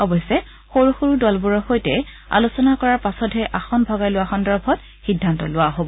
অৰশ্যে সৰু সৰু দলবোৰৰ সৈতে আলোচনা কৰাৰ পাছতহে আসন ভগাই লোৱা সন্দৰ্ভত সিদ্ধান্ত লোৱা হ'ব